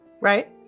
right